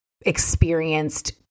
experienced